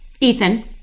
Ethan